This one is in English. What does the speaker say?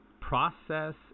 process